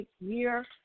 year